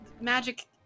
magic